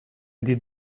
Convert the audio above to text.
did